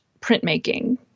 printmaking